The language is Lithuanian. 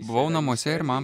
buvau namuose ir man